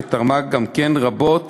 שתרמה גם כן רבות